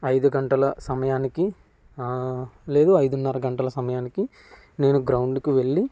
ఐదు గంటల సమయానికి లేదా ఐదున్నార గంటల సమయానికి నేను గ్రౌండ్కి వెళ్ళి